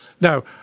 Now